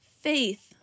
faith